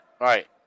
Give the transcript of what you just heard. Right